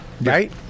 right